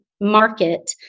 market